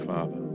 Father